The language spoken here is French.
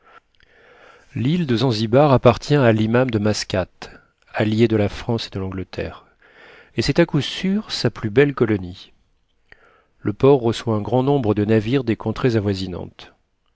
l'île de zanzibar appartient à limam de mascate allié de la france et de l'angleterre et c'est à coup sûr sa plus belle colonie le port reçoit un grand nombre de navires des contrées avoisinantes